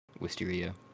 Wisteria